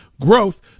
growth